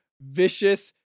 vicious